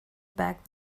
back